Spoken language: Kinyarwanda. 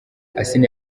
asinah